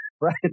right